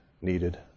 needed